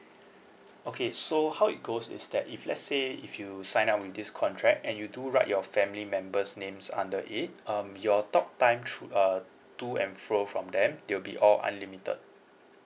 okay so how it goes is that if let's say if you sign up with this contract and you do write your family members' names under it um your talk time through uh to and fro from them they will be all unlimited